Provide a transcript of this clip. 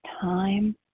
time